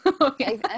okay